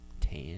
tan